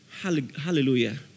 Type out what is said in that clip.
Hallelujah